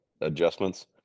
adjustments